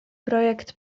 projekt